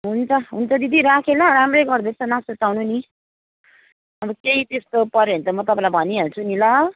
हुन्छ हुन्छ दिदी राखेँ ल राम्रै गर्दैछ नसुर्ताउनु नि अब केही त्यस्तो पऱ्यो भने त म तपाईँलाई भनिहाल्छु नि ल